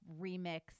remix